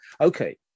Okay